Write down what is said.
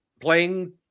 playing